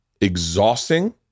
exhausting